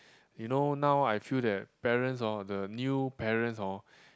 you know now I feel that parents hor the new parents hor